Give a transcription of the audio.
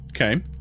Okay